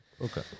Okay